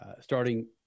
starting